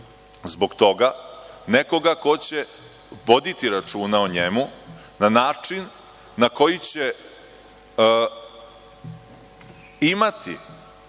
zbog toga nekoga ko će voditi računa o njemu na način na koji će imati